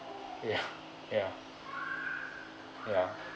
ya ya ya